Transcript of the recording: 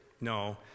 No